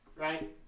right